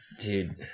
Dude